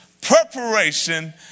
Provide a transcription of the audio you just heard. preparation